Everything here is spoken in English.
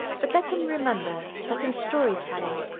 but let him remember that in story-telling,